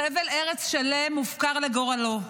חבל ארץ שלם מופקר לגורלו: